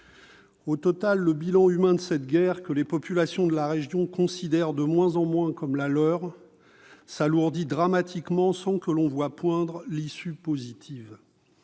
». Le bilan humain de cette guerre, que les populations de la région considèrent de moins en moins comme la leur, s'alourdit dramatiquement, sans que l'on voie poindre d'issue positive.